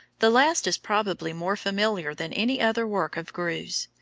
the last is probably more familiar than any other work of greuze.